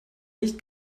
nicht